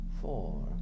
four